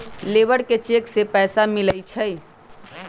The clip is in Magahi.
लेबर के चेक से पैसा मिलई छई कि?